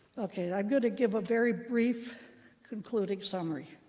ok, i'm going to give a very brief concluding summary.